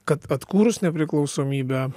kad atkūrus nepriklausomybę